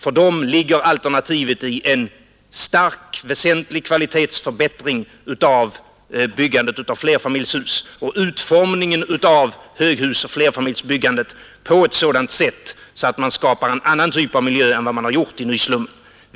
För dem ligger alternativet i en väsentlig kvalitetsförbättring i byggandet av flerfamiljshus och i utformningen av höghus och flerfamiljsbyggen på ett sådant sätt att man skapar en annan typ av miljö än man gjort i nyslummen.